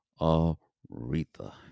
Aretha